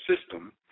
system